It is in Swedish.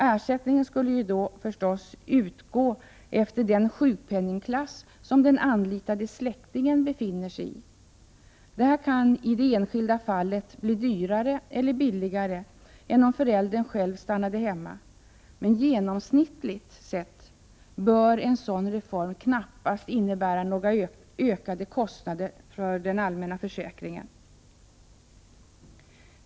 Ersättningen skulle då självfallet utgå efter den sjukpenningklass som den anlitade släktingen befinner sig i. Detta kan i det enskilda fallet bli dyrare eller billigare, än om föräldern själv stannade hemma, men genomsnittligt sett bör en sådan reform knappast innebära ökade kostnader för den allmänna försäkringen.